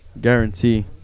Guarantee